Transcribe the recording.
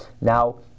now